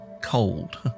cold